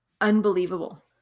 unbelievable